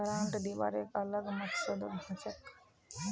grant दिबार एक अलग मकसदो हछेक